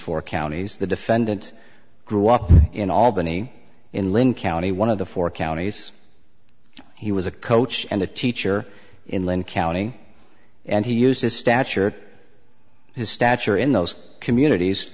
four counties the defendant grew up in albany in linn county one of the four counties he was a coach and a teacher in linn county and he used his stature his stature in those communities